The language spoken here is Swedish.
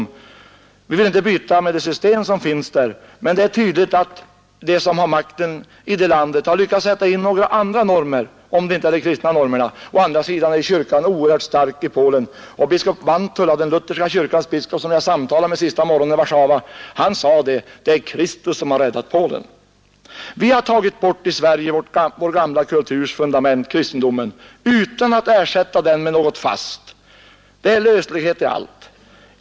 Nu vill jag inte byta med det system som man har där, men det är tydligt att de som har makten i landet har lyckats finna några andra normer, om det nu inte är de kristna normerna. Å andra sidan är kyrkan oerhört stark i Polen, och biskop Wantula, den lutherska kyrkans biskop, som jag samtalade med den sista morgonen jag var i Warszawa, sade: ”Det är Kristus som har räddat Polen.” Vi har i Sverige tagit bort vår gamla kulturs fundament, kristendomen, utan att ersätta den med någonting fast. Det är löslighet i allt.